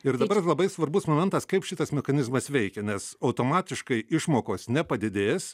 ir dabar labai svarbus momentas kaip šitas mekanizmas veikia nes automatiškai išmokos nepadidės